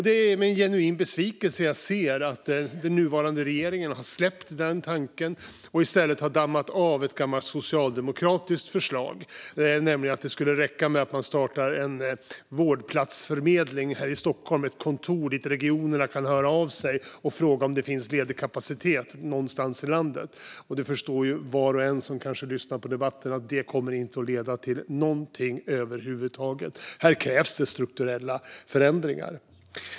Det är med genuin besvikelse jag ser att den nuvarande regeringen har släppt tanken och i stället har dammat av ett gammalt socialdemokratiskt förslag, nämligen att det räcker med att starta en vårdplatsförmedling i Stockholm - ett kontor dit regionerna kan höra av sig och fråga om det finns ledig kapacitet någonstans i landet. Det förstår var och en som lyssnar på debatten att det inte kommer att leda till någonting över huvud taget. Här krävs strukturella förändringar.